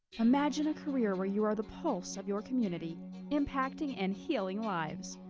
imagine a career where you are the paulse of your community impacting and healing lives.